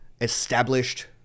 established